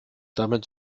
damit